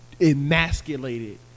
emasculated